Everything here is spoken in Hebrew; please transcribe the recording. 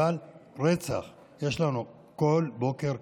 אבל רצח יש לנו כמעט בכל בוקר.